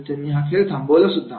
त्यावेळी त्यांनी हा खेळ थांबवला